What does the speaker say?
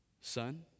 Son